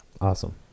awesome